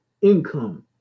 income